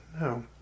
No